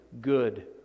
good